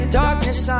darkness